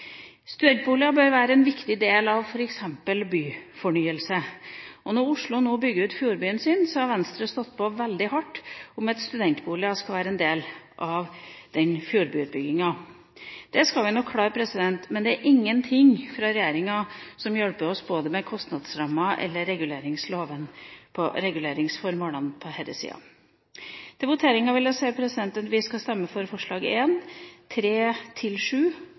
Studentboliger bør være en viktig del av f.eks. byfornyelse. Når Oslo nå bygger ut Fjordbyen sin, har Venstre stått på veldig hardt for at studentboliger skal være en del av den fjordbyutbyggingen. Det skal vi nok klare. Men det kommer ingenting fra regjeringen som hjelper oss, verken i forbindelse med kostnadsrammer eller reguleringsloven hva gjelder reguleringsformålene. I voteringen skal vi stemme for